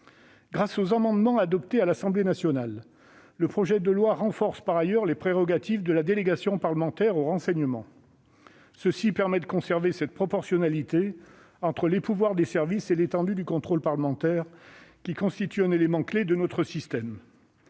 Grâce aux amendements adoptés à l'Assemblée nationale, le projet de loi renforce par ailleurs les prérogatives de la délégation parlementaire au renseignement, la DPR. Ainsi se trouve conservée la proportionnalité entre les pouvoirs des services et l'étendue du contrôle parlementaire, qui constitue un élément clé de notre système.